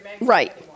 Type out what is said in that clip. Right